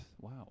Wow